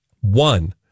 one